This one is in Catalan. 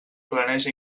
planeja